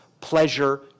pleasure